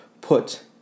Put